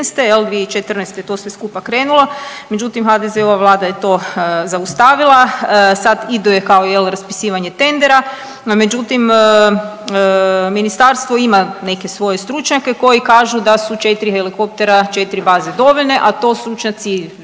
2014. je to sve skupa krenulo, međutim HDZ-ova Vlada je to zaustavila. Sad ide kao jel' raspisivanje tendera, no međutim ministarstvo ima neke svoje stručnjake koji kažu da su četiri helikoptera, četiri baze dovoljne a to stručnjaci,